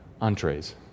entrees